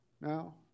now